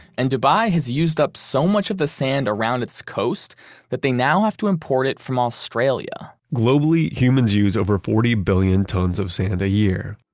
and dubai has used up so much of the sand around its coast that they now have to import it from australia. globally, humans use over forty billion tons of sand a year.